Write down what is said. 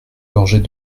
gorgées